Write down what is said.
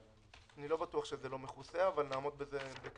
אני לא בטוח שזה לא מכוסה, אבל נעמוד בקשר.